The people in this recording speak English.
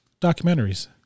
documentaries